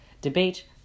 Debate